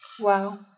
Wow